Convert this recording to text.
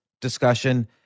discussion